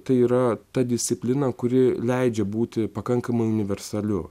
tai yra ta disciplina kuri leidžia būti pakankamai universaliu